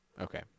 okay